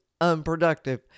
unproductive